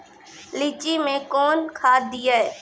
लीची मैं कौन खाद दिए?